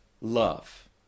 love